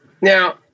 Now